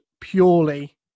purely